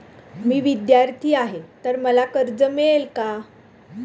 मी विद्यार्थी आहे तर मला कर्ज मिळेल का?